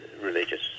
religious